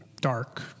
dark